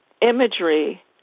imagery